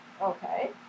Okay